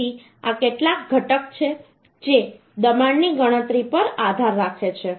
તેથી આ કેટલાક ઘટક છે જે દબાણની ગણતરી પર આધાર રાખે છે